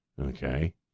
Okay